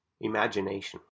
imagination